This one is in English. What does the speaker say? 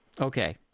Okay